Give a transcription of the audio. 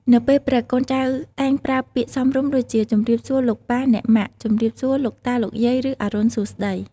នៅពេលព្រឹក កូនចៅតែងប្រើពាក្យសមរម្យដូចជា ជម្រាបសួរលោកប៉ាអ្នកម៉ាក់ ជំរាបសួរលោកតាលោកយាយ ឬ អរុណសួស្តី។